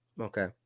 Okay